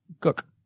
Cook